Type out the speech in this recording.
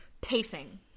Pacing